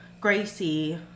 Gracie